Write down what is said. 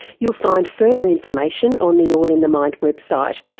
you'll find further information on the all in the mind website,